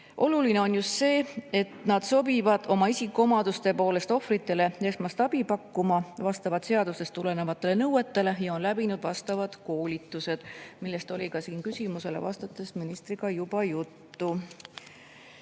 Oluline on see, et nad sobiksid oma isikuomaduste poolest ohvritele esmast abi pakkuma vastavalt seadusest tulenevatele nõuetele ja oleksid läbinud vastavad koolitused, millest oli ka siin küsimustele vastates ministriga juba juttu.